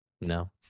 No